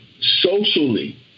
socially